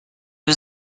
was